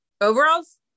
overalls